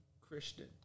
Christian